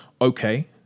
Okay